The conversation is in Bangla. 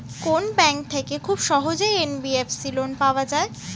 কোন ব্যাংক থেকে খুব সহজেই এন.বি.এফ.সি লোন পাওয়া যায়?